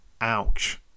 Ouch